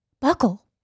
buckle